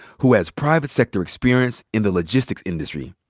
who has private sector experience in the logistics industry.